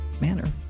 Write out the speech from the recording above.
manner